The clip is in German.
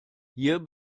hier